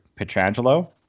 Petrangelo